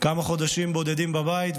כמה חודשים בודדים בבית,